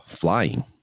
flying